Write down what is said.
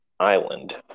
island